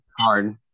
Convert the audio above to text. hard